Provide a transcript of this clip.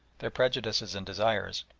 their prejudices and desires,